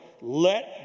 let